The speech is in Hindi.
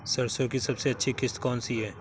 सरसो की सबसे अच्छी किश्त कौन सी है?